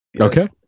Okay